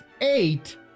Eight